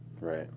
Right